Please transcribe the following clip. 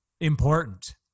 important